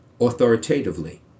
authoritatively